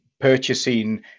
purchasing